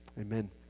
Amen